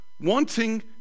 wanting